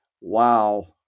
wow